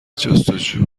جست